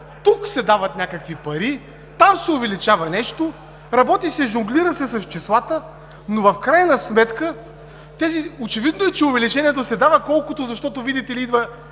тук се дават някакви пари, там се увеличава нещо, работи се, жонглира се с числата, но в крайна сметка очевидно е, че увеличението се дава, защото, видите ли, идва